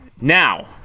Now